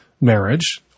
marriage